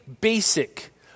basic